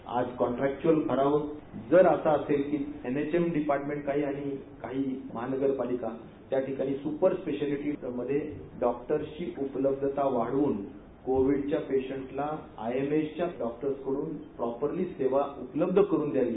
आज क्राँट्रक्चुअल भरावं जर असं असेल की एनएचएम डिपार्टमेंट काही आणि महापालिका त्याठिकाणी सुपर स्पेशॅलिटी मध्ये डॉक्टरची उपलब्धता वाढवून कोविडच्या पेशंटला आयएमसच्या डॉक्टर कडून पॉपरली सेवा उपलब्ध करुन द्यावी